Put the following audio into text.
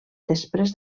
després